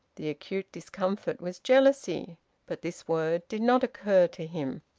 the acute discomfort was jealousy but this word did not occur to him.